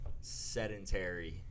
sedentary